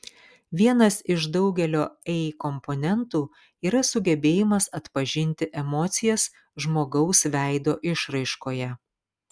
vienas iš daugelio ei komponentų yra sugebėjimas atpažinti emocijas žmogaus veido išraiškoje